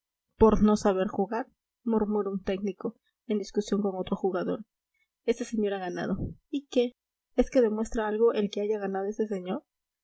por no saber jugar murmura un técnico en discusión con otro jugador ese señor ha ganado y qué es que demuestra algo el que haya ganado ese señor